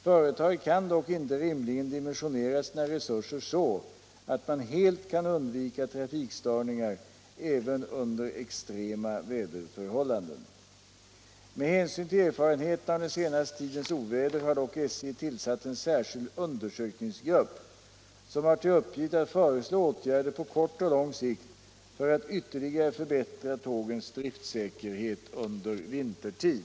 Företaget kan dock inte rimligen dimensionera sina resurser så att man helt kan undvika trafikstörningar även under extrema väderförhållanden. Med hänsyn till erfarenheterna av den senaste tidens oväder har dock SJ tillsatt en särskild undersökningsgrupp som har till uppgift att föreslå åtgärder på kort och lång sikt för att ytterligare förbättra tågens driftsäkerhet under vintertid.